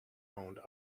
owned